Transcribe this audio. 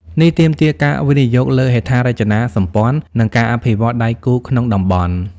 នេះទាមទារការវិនិយោគលើហេដ្ឋារចនាសម្ព័ន្ធ និងការអភិវឌ្ឍដៃគូក្នុងតំបន់។